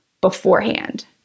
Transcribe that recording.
beforehand